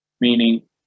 Meaning